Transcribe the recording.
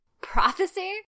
prophecy